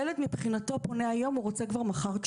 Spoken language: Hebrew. ילד מבחינתו שפונה היום - הוא רוצה כבר מחר תשובה.